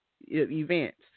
events